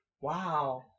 Wow